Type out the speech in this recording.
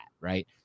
right